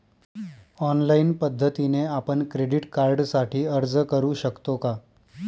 Online पद्धतीने आपण credit कार्डसाठी अर्ज करु शकतो का?